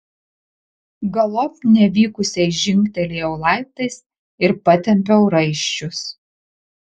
galop nevykusiai žingtelėjau laiptais ir patempiau raiščius